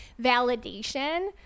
validation